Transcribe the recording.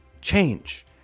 change